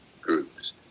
groups